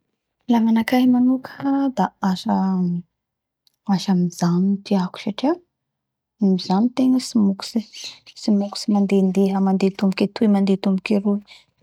La gnanakahy manoka da asa mijano tiako satria manao asa mijano tegna tsy mokotsy mandendeha mandeha tomboky zty mandeha tomboky ary